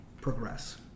progress